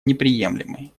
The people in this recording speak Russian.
неприемлемой